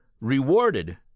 rewarded